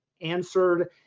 answered